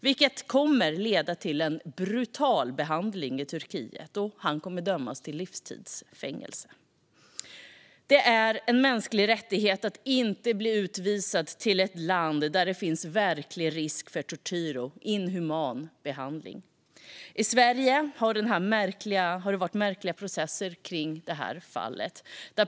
Det kommer att leda till en brutal behandling i Turkiet, och han kommer att dömas till livstids fängelse. Det är en mänsklig rättighet att inte bli utvisad till ett land där det finns verklig risk att utsättas för tortyr och inhuman behandling. I Sverige har det varit märkliga turer kring det här fallet.